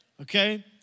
okay